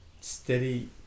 steady